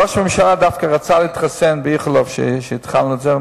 ראש הממשלה דווקא רצה להתחסן ב"איכילוב" כשהתחלנו את זה,